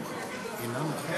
שר הרווחה מייצג